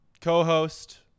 co-host